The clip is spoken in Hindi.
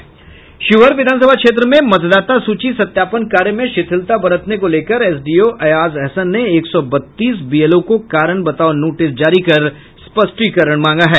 शिवहर विधानसभा क्षेत्र में मतदाता सूची सत्यापन कार्य में शिथिलता बरतने को लेकर एसडीओ अयाज अहसन ने एक सौ बत्तीस बीएलओ को कारण बताओ नोटिस जारी कर स्पष्टीकरण मांगा है